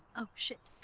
oh, shit.